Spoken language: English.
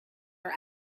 are